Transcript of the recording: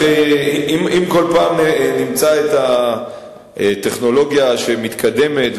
כל פעם נמצא את הטכנולוגיה שמתקדמת,